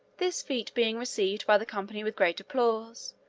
this feat being received by the company with great applause,